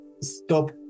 stop